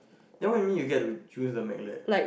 then what you mean you get to use the Mac lab